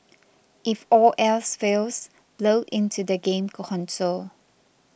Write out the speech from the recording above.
if all else fails blow into the game console